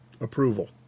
approval